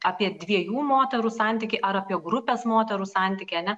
apie dviejų moterų santykį ar apie grupės moterų santykį ane